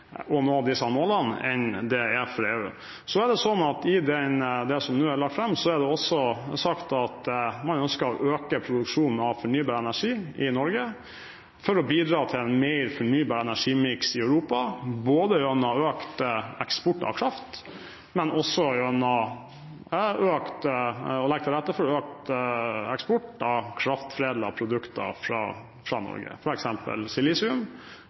lagt fram, er det også sagt at man ønsker å øke produksjonen av fornybar energi i Norge for å bidra til en mer fornybar energimiks i Europa, både gjennom økt eksport av kraft og gjennom å legge til rette for økt eksport av kraftforedlede produkter fra Norge, f.eks. silisium